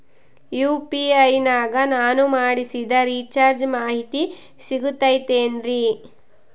UPI ನಾಗ ನಾನು ಮಾಡಿಸಿದ ರಿಚಾರ್ಜ್ ಮಾಹಿತಿ ಸಿಗುತೈತೇನ್ರಿ?